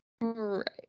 Right